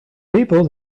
people